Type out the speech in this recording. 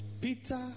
Peter